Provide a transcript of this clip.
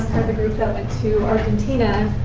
the group that went to argentina.